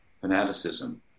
fanaticism